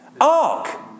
Ark